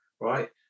right